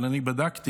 אבל אני בדקתי,